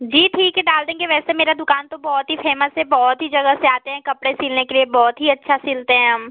जी ठीक है डाल देंगे वैसे मेरी दुकान तो बहुत ही फेमस है बहुत ही जगह से आते हैं कपड़े सिलने के लिए बहुत ही अच्छा सिलते हैं हम